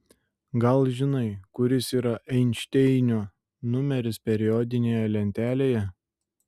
gal žinai kuris yra einšteinio numeris periodinėje lentelėje